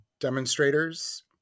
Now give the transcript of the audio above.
demonstrators